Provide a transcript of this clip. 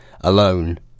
alone